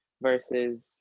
versus